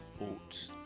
oats